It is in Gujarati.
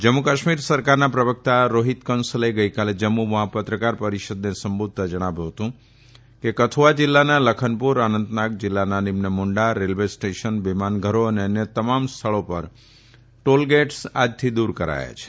જમ્મુ કાશ્મીર સરકારના પ્રવકતા રોફીત કંસલે ગઇકાલે જમ્મુમાં પત્રકાર પરીષદને સંબોધતા જણાવ્યું હતું કે કથવા જીલ્લાના લખનપુર અનંતનાગ જીલ્લાના નિમ્નમુંડા રેલ્વે સ્ટેશન વિમાન ઘરો અને અન્ય તમામ સ્થળો પર ટોલગેટસ આજથી દુર કરાયા છે